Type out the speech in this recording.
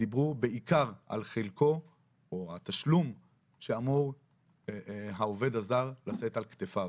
דיברו בעיקר על חלקו או התשלום שאמור העובד הזר לשאת על כתפיו,